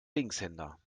linkshänder